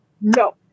No